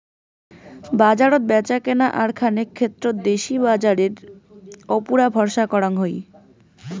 বাজারত ব্যাচাকেনা আর খানেক ক্ষেত্রত দেশি বাজারের উপুরা ভরসা করাং হই